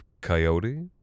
coyote